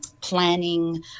planning